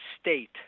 state